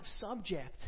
subject